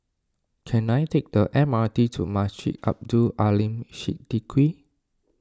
can I take the M R T to Masjid Abdul Aleem Siddique